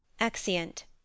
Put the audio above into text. Exeunt